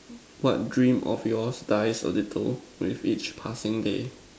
what dream of yours dies a little with each passing day